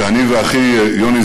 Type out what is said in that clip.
שאני ואחי יוני,